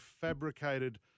fabricated